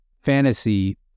Fantasy